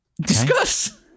Discuss